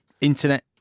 internet